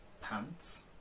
pants